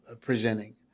presenting